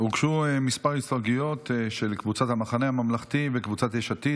הוגשו כמה הסתייגויות של קבוצת המחנה הממלכתי וקבוצת יש עתיד.